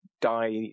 die